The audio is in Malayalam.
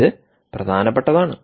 ഇത് പ്രധാനപ്പെട്ടതാണ്